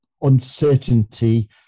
uncertainty